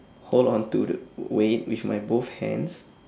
hold on to the w~ weight with my both hands